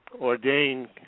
ordained